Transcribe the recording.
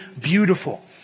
beautiful